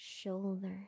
Shoulder